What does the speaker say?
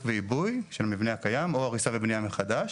ועיבוי של המבנה הקיים או הריסה ובנייה מחדש.